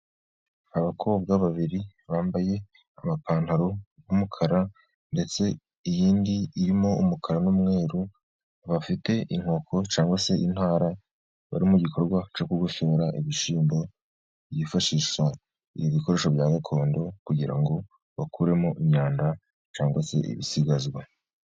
Abakobwa babiri bambaye amapantaro y'umukara, ndetse iyindi irimo umukara n'umweru ,bafite inkoko cyangwa se intara bari mu gikorwa cyo kugosora ibishyimbo, bifashisha ibikoresho bya gakondo, kugira ngo bakuremo imyanda cyangwa se ibisigazwa.